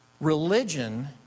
Religion